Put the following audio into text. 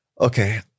okay